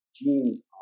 genes